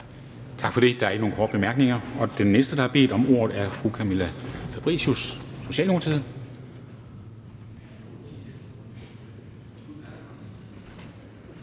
Tak for det. Der er ikke nogen korte bemærkninger. Den næste, der har bedt om ordet, er fru Camilla Fabricius, Socialdemokratiet.